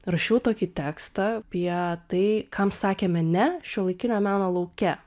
rašiau tokį tekstą apie tai kam sakėme ne šiuolaikinio meno lauke